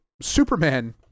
Superman